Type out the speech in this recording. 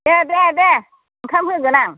दे दे दे ओंखाम होगोन आं